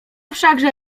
wszakże